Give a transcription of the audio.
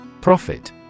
Profit